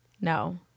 No